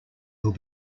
will